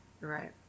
Right